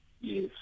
Yes